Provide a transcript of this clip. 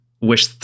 Wish